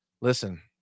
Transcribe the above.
Listen